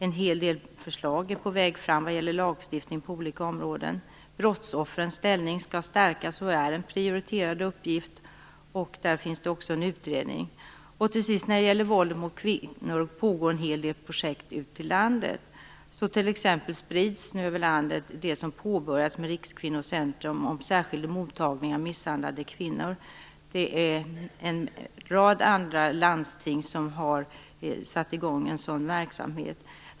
En hel del förslag till lagstiftning på olika områden är på väg. Brottsoffrens ställning skall stärkas, och det är en prioriterad uppgift. Det pågår också en utredning om detta. När det till sist gäller våldet mot kvinnor pågår det en hel del projekt ute i landet. Så sprids t.ex. det som påbörjades med Rikskvinnocentrum innebärande särskild mottagning av misshandlade kvinnor. En rad landsting har satt i gång en sådan verksamhet.